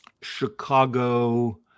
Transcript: Chicago